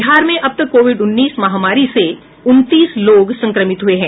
बिहार में अब तक कोविड उन्नीस महामारी से उनतीस लोग संक्रमित हुये हैं